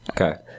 Okay